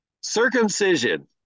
Circumcision